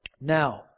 Now